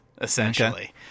essentially